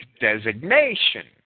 designation